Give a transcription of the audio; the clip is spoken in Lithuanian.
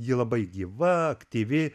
ji labai gyva aktyvi